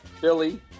Billy